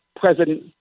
President